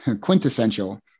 quintessential